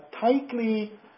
tightly